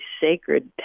sacred